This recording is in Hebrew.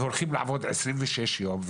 והולכים לעבוד עשרים וששה יום,